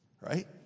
right